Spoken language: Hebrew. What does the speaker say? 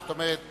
זאת אומרת: